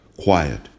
quiet